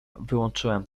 wyłączyłem